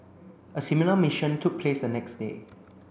a similar mission took place the next day